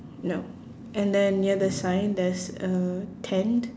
no and then near the sign there's a tent